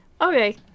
Okay